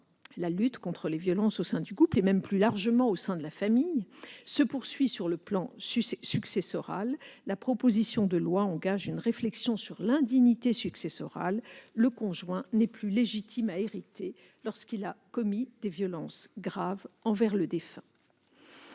la lutte contre les violences au sein du couple, voire plus largement au sein de la famille, se poursuit sur le plan successoral. La proposition de loi engage une réflexion sur l'indignité successorale : le conjoint n'est plus légitime à hériter lorsqu'il a commis des violences graves envers le défunt.